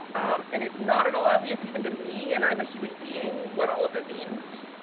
and, it's not at all obvious, even to me, and i'm a human being, what all of it means,